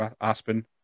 Aspen